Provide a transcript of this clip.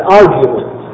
argument